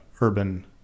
urban